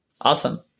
Awesome